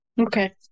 Okay